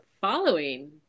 following